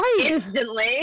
instantly